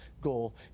GOAL